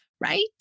Right